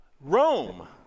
rome